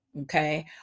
okay